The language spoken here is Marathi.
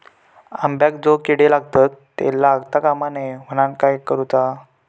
अंब्यांका जो किडे लागतत ते लागता कमा नये म्हनाण काय करूचा?